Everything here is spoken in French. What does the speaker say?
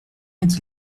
est